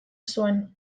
zuen